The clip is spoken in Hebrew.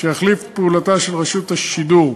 שיחליף את פעולתה של רשות השידור.